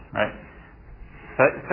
right